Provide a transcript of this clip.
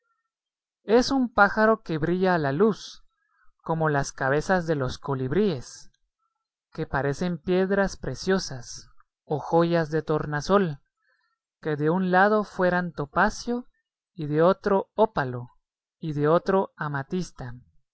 es un pájaro que brilla a la luz como las cabezas de los colibríes que parecen piedras preciosas o joyas de tornasol que de un lado fueran topacio y de otro ópalo y de otro amatista